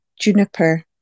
juniper